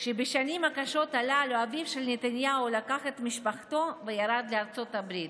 שבשנים הקשות הללו אביו של נתניהו לקח את משפחתו וירד לארצות הברית,